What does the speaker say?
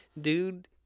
dude